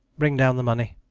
bring down the money.